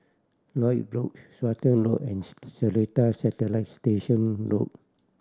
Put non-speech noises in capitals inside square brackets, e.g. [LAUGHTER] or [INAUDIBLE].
Lloyd Road Stratton Road and [UNINTELLIGIBLE] Seletar Satellite Station Road